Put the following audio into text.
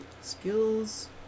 Skills